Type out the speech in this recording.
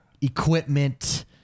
equipment